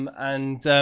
um and